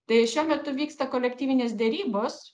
tai šiuo metu vyksta kolektyvinės derybos